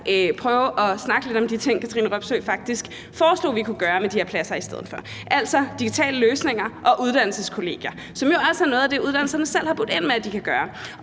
prøve at snakke lidt om de ting, som Katrine Robsøe faktisk foreslog at vi kunne gøre med de her pladser i stedet for – altså digitale løsninger og uddannelseskollegier, som jo også er noget af det, uddannelserne selv har budt ind med at de kan gøre.